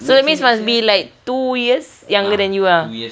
so that means must be like two years younger than you ah